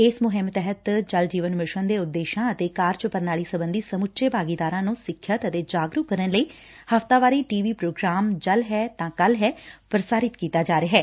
ਇਸ ਮੁਹਿੰਮ ਤਹਿਤ ਜਲ ਜੀਵਨ ਮਿਸ਼ਨ ਦੇ ਉਦੇਸ਼ਾਂ ਅਤੇ ਕਾਰਜ ਪ੍ਰਣਾਲੀ ਸਬੰਧੀ ਸਮੁੱਚੇ ਭਾਗੀਦਾਰਾਂ ਨੰ ਸਿੱਖਿਅਤ ਅਤੇ ਜਾਗਰੂਕ ਕਰਨ ਲਈ ਹਫ਼ਤਾਵਾਰੀ ਟੀ ਵੀ ਪ੍ਰੋਗਰਾਮ ਜਲ ਹੈ ਤਾ ਕੱਲ੍ ਹੈ ਪ੍ਰਸਾਰਿਤ ਕੀਤਾ ਜਾ ਰਿਹੈ